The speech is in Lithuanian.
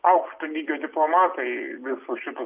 aukšto lygio diplomatai viso šito